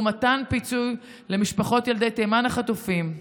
והוא מתן פיצוי למשפחות ילדי תימן החטופים,